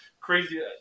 crazy